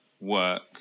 work